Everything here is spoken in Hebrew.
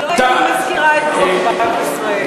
לא הייתי מזכירה את דוח בנק ישראל.